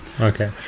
okay